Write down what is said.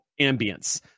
ambience